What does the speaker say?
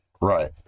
Right